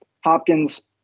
Hopkins